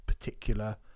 particular